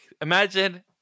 imagine